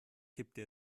kippte